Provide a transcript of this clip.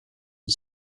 the